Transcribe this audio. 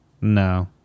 No